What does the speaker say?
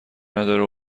نداره